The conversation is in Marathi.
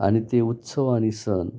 आणि ते उत्सव आणि सण